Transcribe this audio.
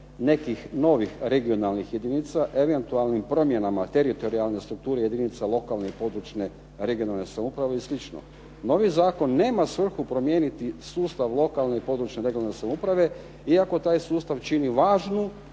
nekih novih regionalnih jedinica, eventualnim promjenama teritorijalne strukture jedinica lokalne i područne regionalne samouprave i sl. Novi zakon nema svrhu promijeniti sustav lokalne i područne regionalne samouprave iako taj sustav čini važnu,